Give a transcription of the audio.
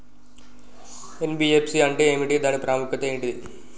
NBFC అంటే ఏమిటి దాని ప్రాముఖ్యత ఏంటిది?